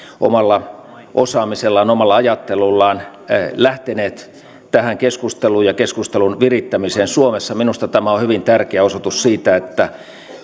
omalla osaamisellaan omalla ajattelullaan lähteneet tähän keskusteluun ja keskustelun virittämiseen suomessa minusta tämä on hyvin tärkeä osoitus siitä että